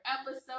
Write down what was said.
episode